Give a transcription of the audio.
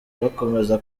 bakomeza